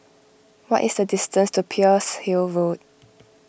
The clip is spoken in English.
what is the distance to Pearl's Hill Road